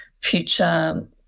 future